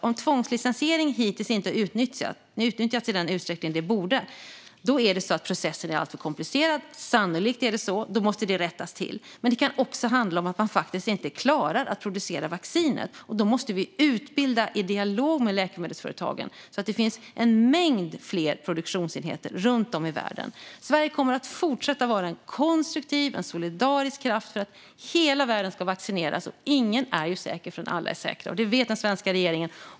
Om tvångslicensiering hittills inte har utnyttjats i den utsträckning det borde ha gjorts är processen alltför komplicerad. Sannolikt är det så. Då måste det rättas till. Men det kan också handla om att man inte klarar att producera vaccinet. Då måste vi utbilda i dialog med läkemedelsföretagen så att det finns en mängd produktionsenheter runt om i världen. Sverige kommer att fortsätta vara en konstruktiv och solidarisk kraft för att hela världen ska vaccineras. Ingen är säker förrän alla är säkra. Det vet den svenska regeringen.